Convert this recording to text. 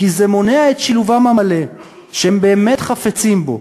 כי זה מונע את שילובם המלא שהם באמת חפצים בו.